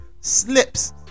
slips